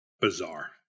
Bizarre